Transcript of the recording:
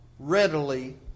Readily